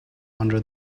under